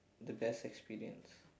the best experience